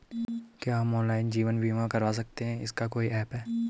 क्या हम ऑनलाइन जीवन बीमा करवा सकते हैं इसका कोई ऐप है?